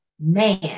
man